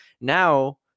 Now